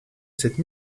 cette